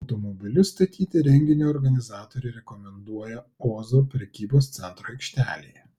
automobilius statyti renginio organizatoriai rekomenduoja ozo prekybos centro aikštelėje